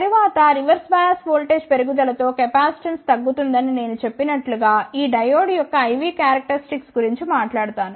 తరువాత reverse bias voltage పెరుగుదల తో కెపాసిటెన్స్ తగ్గుతుందని నేను చెప్పినట్లు గా ఈ డయోడ్ యొక్క IV క్యారక్టరిస్టిక్స్ గురించి మాట్లాడుతాను